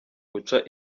guca